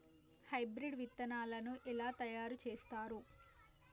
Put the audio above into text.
Hybrid విత్తనాలను ఎలా తయారు చేస్తారు?